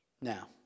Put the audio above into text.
Now